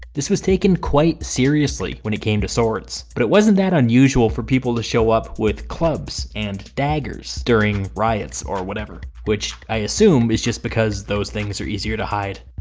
this was taken quite seriously when it came to swords, but it wasn't that unusual for people to show up with clubs and daggers during riots or whatever, which i assume is just because those things are easier to hide.